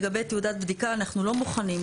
לגבי תעודת בדיקה אנחנו לא מוכנים.